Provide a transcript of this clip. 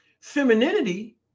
Femininity